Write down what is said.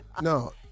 no